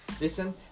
Listen